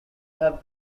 have